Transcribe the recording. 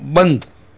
બંધ